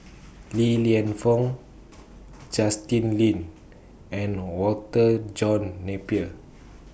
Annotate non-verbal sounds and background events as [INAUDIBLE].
[NOISE] Li Lienfung Justin Lean and Walter John Napier